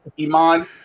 Iman